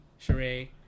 Sheree